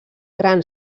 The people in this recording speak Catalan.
gran